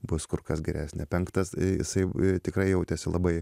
bus kur kas geresnė penktas jisai tikrai jautėsi labai